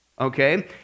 okay